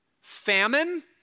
Famine